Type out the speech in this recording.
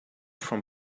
from